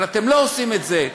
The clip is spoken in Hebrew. אבל אתם לא עושים את זה.